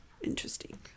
interesting